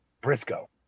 Briscoe